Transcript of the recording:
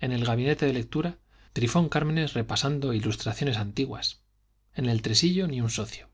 en el gabinete de lectura trifón cármenes repasando ilustraciones antiguas en el tresillo ni un socio